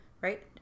right